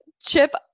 Chip